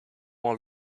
all